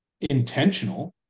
intentional